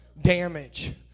damage